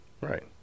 right